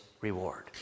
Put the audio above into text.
reward